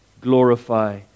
glorify